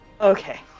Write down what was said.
Okay